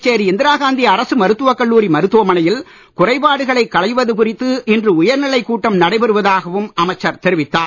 புதுச்சேரி இந்திரா காந்தி அரசு மருத்துவக்கல்லூரி மருத்துவமனையில் குறைபாடுகளைக் களைவது குறித்து இன்று உயர்நிலைக் கூட்டம் நடைபெறுவதாகவும் அமைச்சர் தெரிவித்தார்